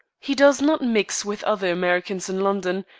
he does not mix with other americans in london,